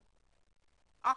אחלה,